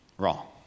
wrong